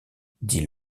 dit